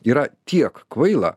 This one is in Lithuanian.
yra tiek kvaila